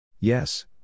Yes